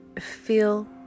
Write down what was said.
feel